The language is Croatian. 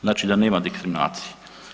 Znači da nema diskriminacije.